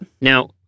Now